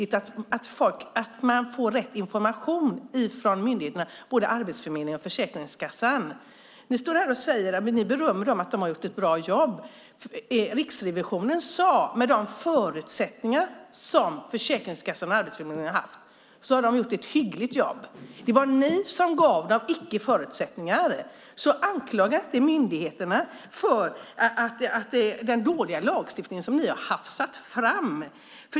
Det är viktigt att man får rätt information från myndigheterna, både Arbetsförmedlingen och Försäkringskassan. Ni står här och berömmer dem för att de gjort ett bra jobb. Riksrevisionen sade att Försäkringskassan och Arbetsförmedlingen med de förutsättningar som de haft har gjort ett hyggligt jobb. Det var ni som gav dem dessa "icke-förutsättningar". Anklaga inte myndigheterna för den dåliga lagstiftning som ni har hafsat fram!